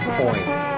points